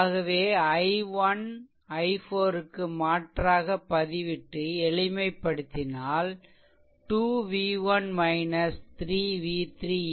ஆகவே இதை i1 i4 க்கு மாற்றாக பதிவிட்டு எளிமைப்படுத்தினால் 2 v1 3 v3 2 என்று கிடைக்கும்